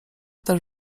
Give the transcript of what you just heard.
też